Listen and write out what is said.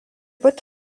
pat